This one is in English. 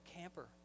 camper